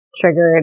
triggered